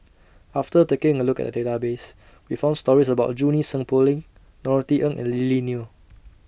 after taking A Look At The Database We found stories about Junie Sng Poh Leng Norothy Ng and Lily Neo